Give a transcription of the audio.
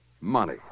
money